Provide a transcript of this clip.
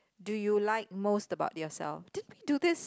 do you like most about yourself didn't we do this